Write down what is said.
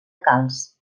calç